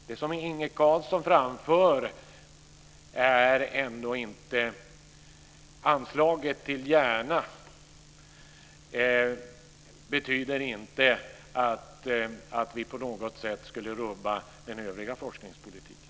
Det här med anslaget till Järna, som Inge Carlsson framför, betyder inte att vi på något sätt skulle rubba den övriga forskningspolitiken.